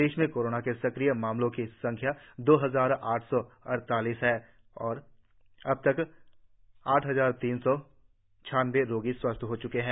प्रदेश में कोरोना के सक्रिय मामलों की संख्या दो हजार आठ सौ अड़तालीस है और अबतक आठ हजार तीन सौ छानबे रोगी स्वस्थ हो चुके है